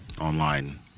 online